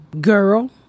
girl